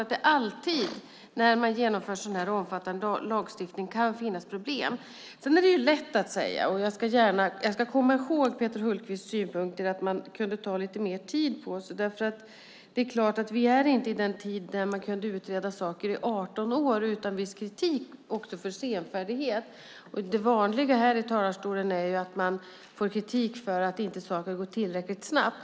Alltid när så här omfattande lagstiftning genomförs kan det finnas problem. Det är lätt att säga - jag ska komma ihåg Peter Hultqvists synpunkter - att man kunde ta lite mer tid på sig. Det är klart att vi inte lever i den tid då saker kunde utredas i 18 år utan viss kritik också för senfärdighet. Det vanliga här från talarstolen är att det riktas kritik mot att saker inte gått tillräckligt snabbt.